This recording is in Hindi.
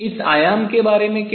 इस आयाम के बारे में क्या